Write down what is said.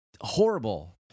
horrible